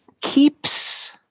keeps